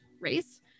race